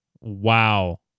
Wow